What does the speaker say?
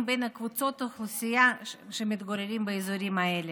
בין קבוצות האוכלוסייה שמתגוררות באזורים האלה.